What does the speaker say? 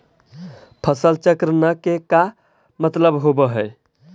फसल चक्र न के का मतलब होब है?